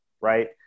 right